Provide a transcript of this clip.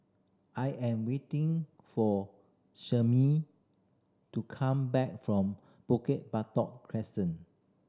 I am waiting for to come back from Bukit Batok Crescent